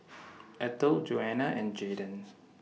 Ethel Joana and Jayden